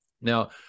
now